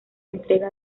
entrega